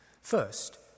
first